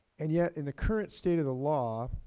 and yet, in the current state of the law,